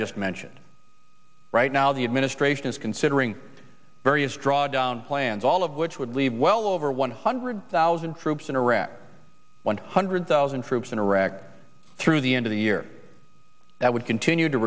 just mentioned the administration is considering various plans all of which would leave well over one hundred thousand troops in iraq one hundred thousand troops in iraq through the end of the year that would continue to